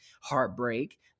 heartbreak